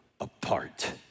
apart